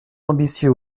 ambitieux